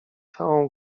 całą